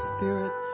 Spirit